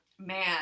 Man